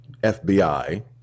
FBI